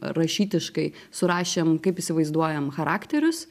rašytiškai surašėm kaip įsivaizduojam charakterius